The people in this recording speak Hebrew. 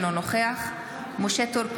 אינו נוכח משה טור פז,